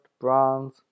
Bronze